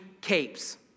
capes